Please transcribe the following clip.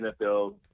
NFL